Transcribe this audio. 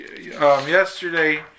yesterday